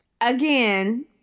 Again